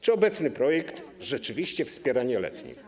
Czy obecny projekt rzeczywiście wspiera nieletnich?